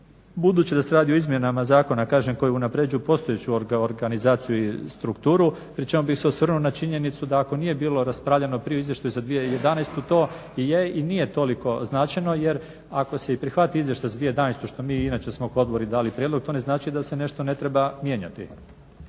Budući da se radi o izmjenama zakona, kažem koji unapređuju postojeću organizaciju i strukturu, pri čemu bih se osvrnuo na činjenicu da ako nije bilo raspravljeno prije u Izvještaju za 2011. to i je i nije toliko značajno jer ako se i prihvati Izvještaj za 2011. što mi inače smo pododbori dali prijedlog to ne znači da se nešto ne treba mijenjati.